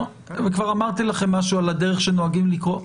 כבר אמרתי לכם משהו על הדרך בה נוהגים לקרוא.